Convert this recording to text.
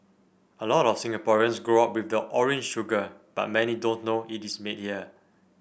a lot of Singaporeans grow up with the orange sugar but many don't know it is made here